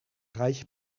reiche